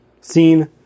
seen